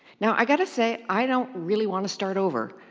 now i gotta say i don't really wanna start over,